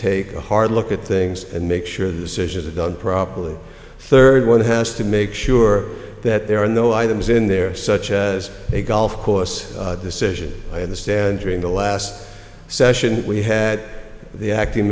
take a hard look at things and make sure the decisions are done properly third one has to make sure that there are no items in there such as a golf course decision in the stand during the last session we had the acting